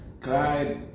cried